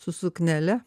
su suknele